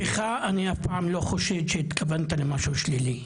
בך אני אף פעם לא חושד שהתכוונת למשהו שלילי.